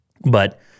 But-